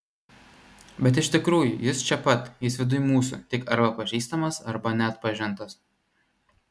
bet iš tikrųjų jis čia pat jis viduj mūsų tik arba pažįstamas arba neatpažintas